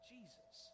Jesus